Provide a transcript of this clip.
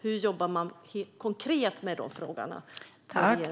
Hur jobbar man konkret med de frågorna i Regeringskansliet?